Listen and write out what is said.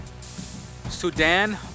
Sudan